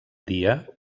dia